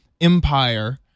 empire